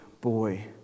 boy